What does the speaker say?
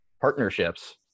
partnerships